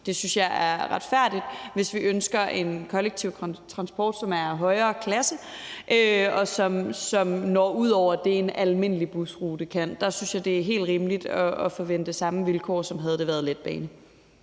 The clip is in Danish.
Det synes jeg er retfærdigt, hvis vi ønsker en kollektiv transport, som er af højere klasse, og som når ud over det, en almindelig busrute kan. Der synes jeg, at det er helt rimeligt at forvente samme vilkår, som hvis det havde været en letbane.